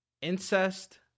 Incest